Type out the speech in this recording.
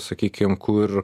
sakykim kur